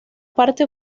parte